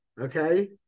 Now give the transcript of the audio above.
okay